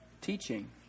teaching